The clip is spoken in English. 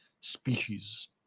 species